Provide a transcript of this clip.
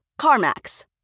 CarMax